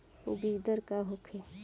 बीजदर का होखे?